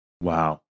Wow